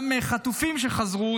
גם חטופים שחזרו,